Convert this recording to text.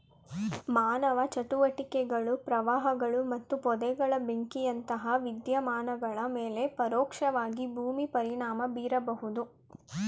ಮಾನವ ಚಟುವಟಿಕೆಗಳು ಪ್ರವಾಹಗಳು ಮತ್ತು ಪೊದೆಗಳ ಬೆಂಕಿಯಂತಹ ವಿದ್ಯಮಾನಗಳ ಮೇಲೆ ಪರೋಕ್ಷವಾಗಿ ಭೂಮಿ ಪರಿಣಾಮ ಬೀರಬಹುದು